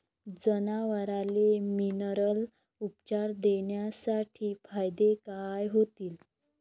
जनावराले मिनरल उपचार देण्याचे फायदे काय होतीन?